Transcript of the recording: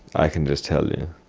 i can just tell you,